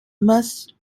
must